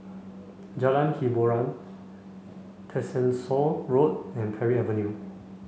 Jalan Hiboran Tessensohn Road and Parry Avenue